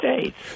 States